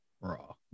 Raw